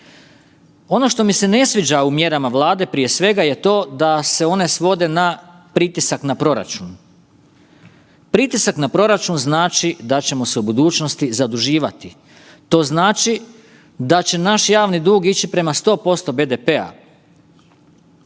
Ono što mi se ne sviđa u mjerama Vlade je prije svega to da se one svode na pritisak na proračun. Pritisak na proračun znači da ćemo se u budućnosti zaduživati, to znači da će naš javni dug ići prema 100% BDP-a,